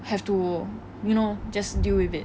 have to you know just deal with it